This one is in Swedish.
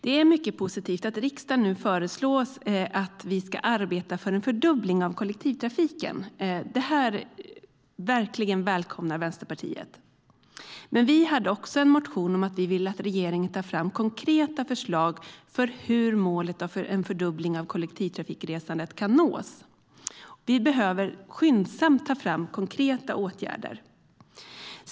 Det är mycket positivt att riksdagen nu föreslår att vi ska arbeta för en fördubbling av kollektivtrafikresandet, och Vänsterpartiet välkomnar verkligen detta. Vi hade dock även en motion om att vi vill att regeringen tar fram konkreta förslag på hur målet om en fördubbling av kollektivtrafikresandet kan nås. Vi behöver skyndsamt ta fram konkreta åtgärder.